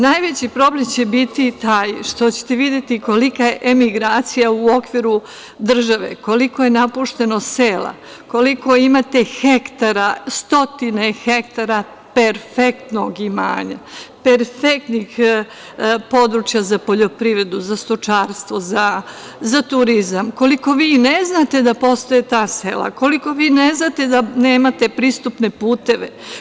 Najveći problem će biti taj što ćete videti kolika je emigracija u okviru države, koliko je napušteno sela, koliko imate hektara, stotine hektara perfektnog imanja, perfektnih područja za poljoprivredu, za stočarstvo, za turizam, koliko vi i ne znate da postoje ta sela, koliko vi ne znate da nemate pristupne puteve.